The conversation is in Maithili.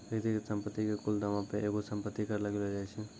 व्यक्तिगत संपत्ति के कुल दामो पे एगो संपत्ति कर लगैलो जाय छै